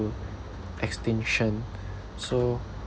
extinction so